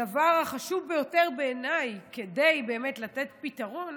הדבר החשוב ביותר בעיניי, כדי באמת לתת פתרון